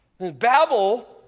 Babel